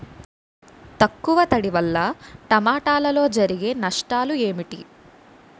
తక్కువ తడి వల్ల టమోటాలో జరిగే నష్టాలేంటి?